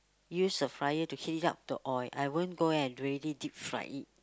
use a fryer to heat it up the oil I won't go and really deep fry it